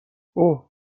اوه